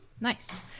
Nice